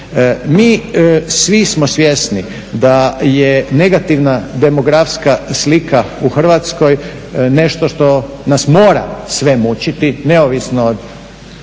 Mi svi smo svjesni da je negativna demografska slika u Hrvatskoj nešto što nas mora sve mučiti neovisno od